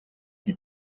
qui